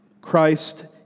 Christ